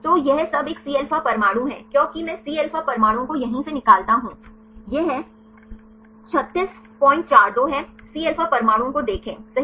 तो यह सब एक Cα परमाणु है क्योंकि मैं Cα परमाणुओं को यहीं से निकालता हूं यह 3642 है Cα परमाणुओं को देखें सही